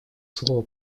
слово